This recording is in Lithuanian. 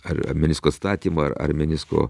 ar ar menisko atstatymu ar ar menisko